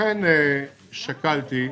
לכן שקלתי,